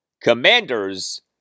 Commanders